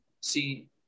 see